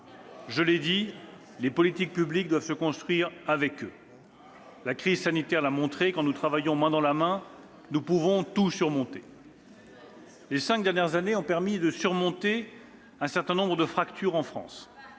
Je l'ai dit, les politiques publiques doivent se construire avec eux. La crise sanitaire l'a montré : quand nous travaillons main dans la main, nous pouvons tout surmonter. « Les cinq dernières années ont permis de surmonter un certain nombre de fractures en France.